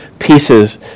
pieces